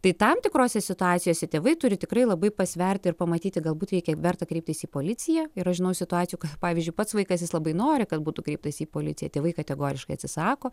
tai tam tikrose situacijose tėvai turi tikrai labai pasverti ir pamatyti galbūt reikia verta kreiptis į policiją ir aš žinau situacijų kada pavyzdžiui pats vaikas jis labai nori kad būtų kreiptasi į policiją tėvai kategoriškai atsisako